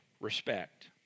respect